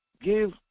Give